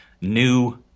new